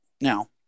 now